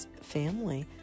family